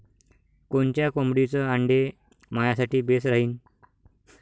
कोनच्या कोंबडीचं आंडे मायासाठी बेस राहीन?